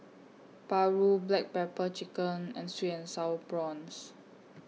Paru Black Pepper Chicken and Sweet and Sour Prawns